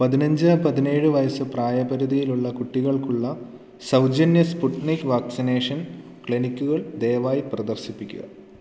പതിനഞ്ച് പതിനേഴ് വയസ്സ് പ്രായപരിധിയിലുള്ള കുട്ടികൾക്കുള്ള സൗജന്യ സ്പുട്നിക് വാക്സിനേഷൻ ക്ലിനിക്കുകൾ ദയവായി പ്രദർശിപ്പിക്കുക